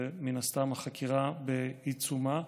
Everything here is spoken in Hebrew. ומן הסתם החקירה בעיצומה.